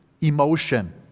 emotion